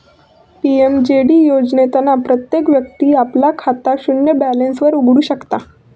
PMJD योजनेतना प्रत्येक व्यक्ती आपला खाता शून्य बॅलेंस वर उघडु शकता